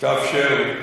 תאפשר לי.